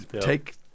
Take